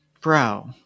bro